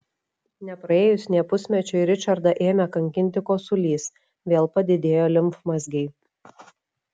nepraėjus nė pusmečiui ričardą ėmė kankinti kosulys vėl padidėjo limfmazgiai